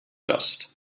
dust